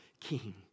king